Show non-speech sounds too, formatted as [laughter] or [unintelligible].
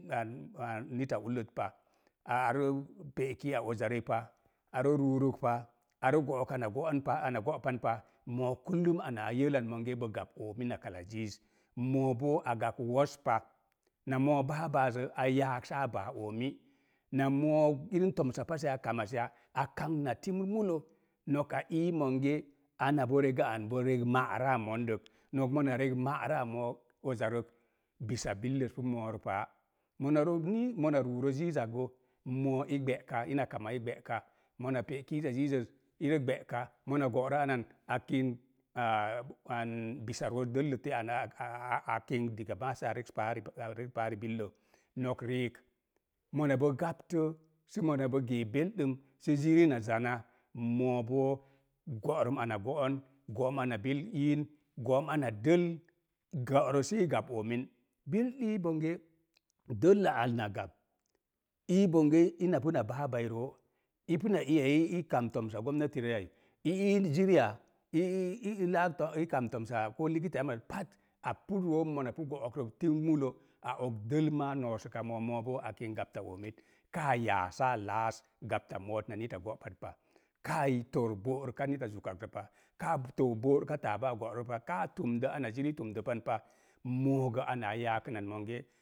[hesitation] nita ullət pa, arə pe'ek ki a uzarəi pa, arə ruuruk pa, arə go'ok ina go'on pa go'pan pa, moo [unintelligible] anaa [unintelligible] monge bo gab oomi na [unintelligible] ziiz, moo boo a gapk woz pa. Na moo baabaazə a yaak saa baa oomi, na moo irəm tomsa pase a kamas ya a kang na timr mulo. Nok a ii monge ana bo rego an, bo reg ma'raa mondək. Nok mona reg ma'raa moo. Ozarək, bisa billəs pu moorə paa. Mona ron [hesitation] ruurə ziiz akgo, moo i gbe'ka, ina kama i gbe'ka, mona pe’ kiiza ziizəz ira gbe'ka. Mona go'rə anan a kink [hesitation] bisa roos dəllə te'an [hesitation] a kink diga naa saa reks paari pa, paari billə. Nok riik, mona bo gapta sə mona bɔ gee [unintelligible] sə zirii na zana, moo boo go'rəm ana go'on, go'om ana bil iin, go'om ana dəl go'orə sii gaɓ oomin. Bil ii bonge, dəlla al na gab, ii bonge ina pu na baabai roo, i puna iya kam tomsa gomnati rəi ai, i ii ziri'a [hesitation] laa to kam tomsa koo likitaamai pat, apu rooi mona pu go'ok rə timr mulə a og dəl maa noosəka moo, moo boo a kink gapta oomit. Kaa yaa saa laas gapta mort na nita go'pat pa. Kaa yi tor bo'rəka nita zukattə pa, kaa tor bo'rəka taabaa go'rəpa, kaa tumdə ona jirii tumdəpan pa, moo gə anaa yaakənan monge mii